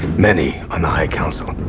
many on the high council,